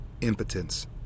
impotence